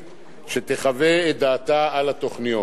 שתחווה את דעתה על התוכניות.